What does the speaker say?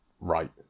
right